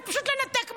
זה פשוט לנתק מגע.